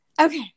okay